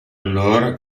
allora